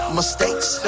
mistakes